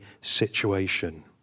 situation